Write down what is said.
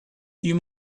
you